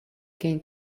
gain